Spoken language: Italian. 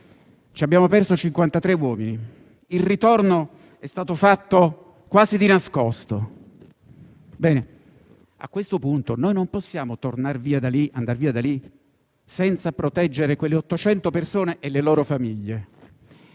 Ci abbiamo perso 53 uomini; il ritorno è stato fatto quasi di nascosto. Bene, a questo punto non possiamo andar via da lì senza proteggere quelle 800 persone e le loro famiglie.